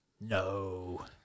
No